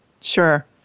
Sure